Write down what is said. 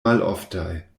maloftaj